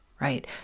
right